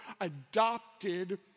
adopted